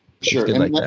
sure